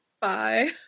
Bye